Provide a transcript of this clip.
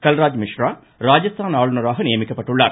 கல்ராஜ் மிஷ்ரா ராஜஸ்தான் ஆளுநராக நியமிக்கப்பட்டுள்ளார்